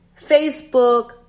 Facebook